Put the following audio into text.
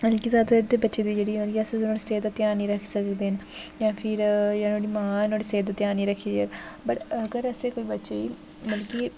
मतलब कि जादातर इद्धर दे बच्चे दी जेह्ड़ी मतलब कि अस नुहाड़ी सेह्त दा ध्यान निं रक्खी सकदे न जां फिर नुहाड़ी मां नुहाड़ी सेह्त दा ध्यान निं रखदी वट् अगर असें कोई बच्चे ई मतलब कि